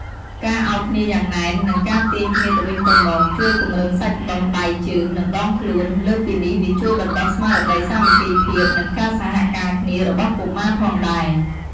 ការឱបគ្នាយ៉ាងណែន និងការទាញគ្នាទៅវិញទៅមក ជួយពង្រឹងសាច់ដុំដៃជើង និងដងខ្លួន លើសពីនេះវាជួយបណ្តុះស្មារតីសាមគ្គីភាព និងការសហការគ្នារបស់កុមារផងដែរ។